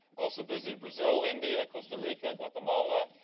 also, visited brazil, india, costa rica, guatemala,